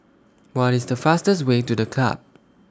What IS The fastest Way to The Club